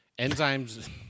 Enzymes